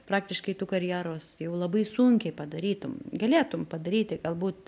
praktiškai tu karjeros jau labai sunkiai padarytum galėtum padaryti galbūt